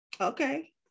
Okay